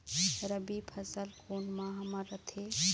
रबी फसल कोन माह म रथे?